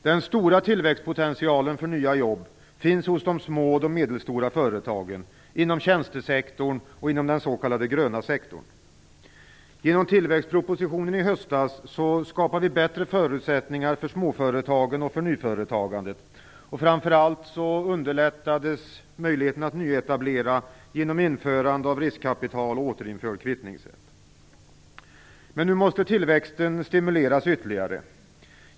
Den stora tillväxtpotentialen för nya jobb finns hos de små och medelstora företagen, inom tjänstesektorn och inom den s.k. gröna sektorn. Genom tillväxtpropositionen i höstas skapade vi bättre förutsättningar för småföretagen och för nyföretagandet. Framförallt underlättades möjligheterna att nyetablera genom införande av riskkapitalavdrag och återinförd kvittningsrätt. Men nu måste tillväxten stimuleras ytterligare.